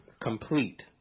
complete